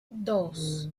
dos